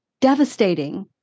devastating